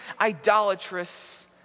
idolatrous